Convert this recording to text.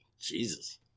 Jesus